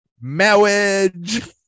marriage